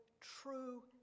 true